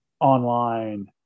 online